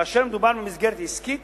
כאשר מדובר במסגרת עסקית,